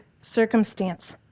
circumstance